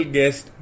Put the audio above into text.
Guest